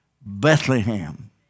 Bethlehem